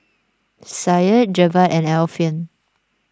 Syed Jebat and Alfian